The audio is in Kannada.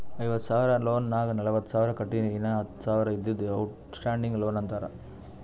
ಐವತ್ತ ಸಾವಿರ ಲೋನ್ ನಾಗ್ ನಲ್ವತ್ತ ಸಾವಿರ ಕಟ್ಟಿನಿ ಇನ್ನಾ ಹತ್ತ ಸಾವಿರ ಇದ್ದಿದ್ದು ಔಟ್ ಸ್ಟ್ಯಾಂಡಿಂಗ್ ಲೋನ್ ಅಂತಾರ